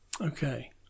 Okay